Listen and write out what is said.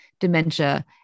dementia